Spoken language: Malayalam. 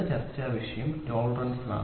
ചർച്ചയുടെ അടുത്ത വിഷയം ടോളറൻസ് ആണ്